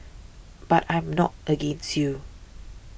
but I am not against you